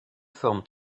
forme